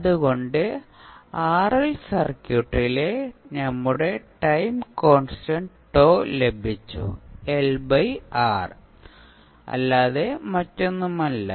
അതുകൊണ്ട് RL സർക്യൂട്ടിലെ നമ്മുടെ ടൈം കോൺസ്റ്റന്റ് τ ലഭിച്ചു L by R അല്ലാതെ മറ്റൊന്നുമല്ല